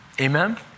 Amen